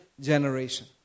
generation